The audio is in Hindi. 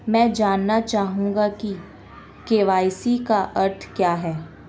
मैं जानना चाहूंगा कि के.वाई.सी का अर्थ क्या है?